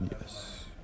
Yes